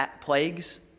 plagues